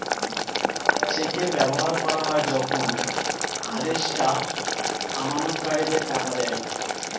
চেকের ব্যবহার করা হয় যখন আদেষ্টা আমানতকারীদের টাকা দেয়